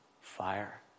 fire